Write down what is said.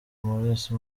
maurice